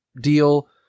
deal